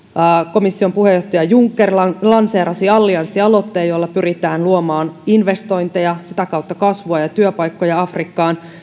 komission puheenjohtaja juncker lanseerasi allianssialoitteen jolla pyritään luomaan investointeja ja sitä kautta kasvua ja työpaikkoja afrikkaan